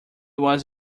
was